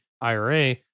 IRA